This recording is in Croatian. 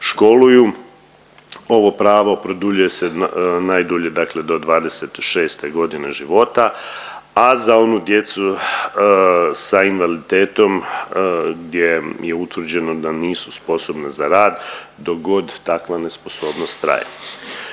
školuju ovo pravo produljuje se najdulje dakle do 26.g. života, a za onu djecu sa invaliditetom gdje je utvrđeno da nisu sposobna za rad dok god takva nesposobnost traje.